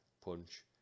punch